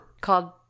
called